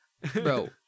Bro